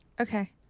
Okay